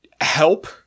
help